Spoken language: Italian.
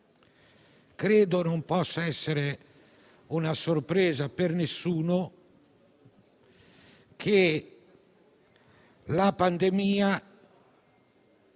Credo non possa essere una sorpresa per nessuno il fatto che la pandemia